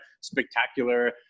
spectacular